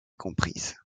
comprise